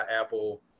Apple